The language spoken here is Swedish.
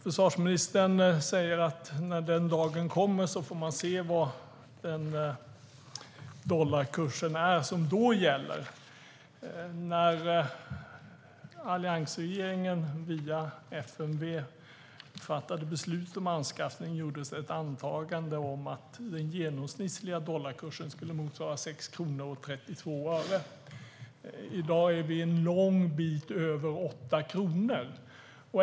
Försvarsministern säger att när den dagen kommer får man se vilken dollarkurs som då gäller. När alliansregeringen via FMV fattade beslut om anskaffning gjordes det ett antagande om att den genomsnittliga dollarkursen skulle motsvara 6,32 kronor. I dag ligger kursen en lång bit över 8 kronor.